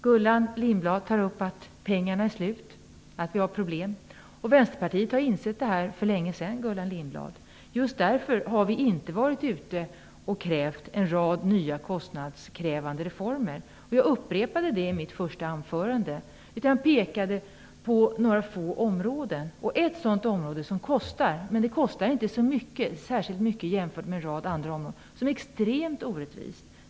Gullan Lindblad säger att pengarna är slut och att vi har problem. Vänsterpartiet har insett det för länge sedan, Gullan Lindblad. Just därför har vi inte krävt en rad nya kostnadskrävande reformer. Jag sade det i mitt första anförande. Jag pekade på några få områden. Något som kostar är ersättningen för långtidssjukskrivna, men det kostar inte så särskilt mycket jämfört med hur det ser ut på en rad andra områden.